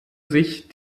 sich